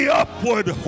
upward